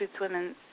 women